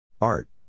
Art